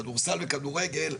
כדורסל וכדורגל,